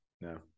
No